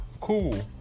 Cool